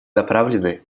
направлены